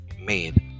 made